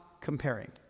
comparing